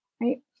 Right